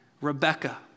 Rebecca